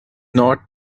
not